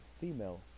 Female